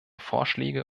vorschläge